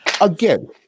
again